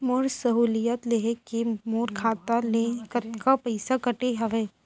मोर सहुलियत लेहे के मोर खाता ले कतका पइसा कटे हवये?